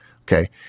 okay